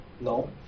No